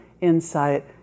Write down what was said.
insight